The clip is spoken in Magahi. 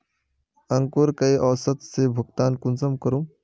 अंकूर कई औसत से भुगतान कुंसम करूम?